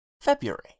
February